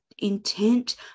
intent